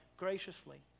Graciously